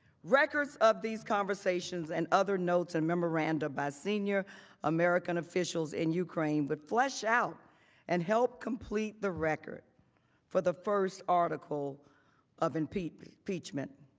records of these conversations and other notes and memorandums by senior american officials in ukraine would flush out and help complete the record for the first article of impeachment.